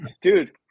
Dude